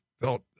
felt